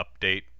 update